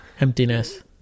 Emptiness